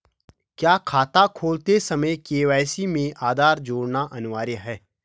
क्या खाता खोलते समय के.वाई.सी में आधार जोड़ना अनिवार्य है?